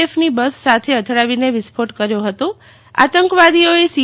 F નો bus સાથે અથડાવી ને વિસ્ફોટ કર્યો હતો આતક્વાદીઓ એ સી